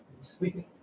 sleeping